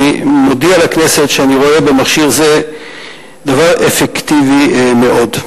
אני מודיע לכנסת שאני רואה במכשיר זה דבר אפקטיבי מאוד.